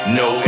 no